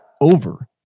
over